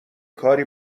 کاری